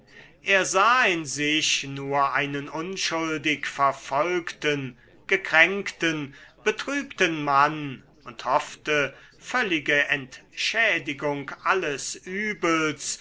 er sah in sich nur einen unschuldig verfolgten gekränkten betrübten mann und hoffte völlige entschädigung alles übels